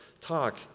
talk